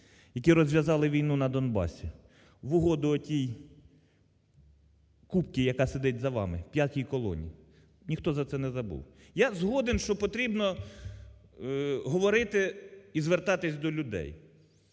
які розв'язали війну на Донбасі, в угоду отій купці, яка сидить за вами, п'ятій колоні, ніхто за це не забув. Я згоден, що потрібно говорити і звертатись до людей.